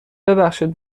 ببخشید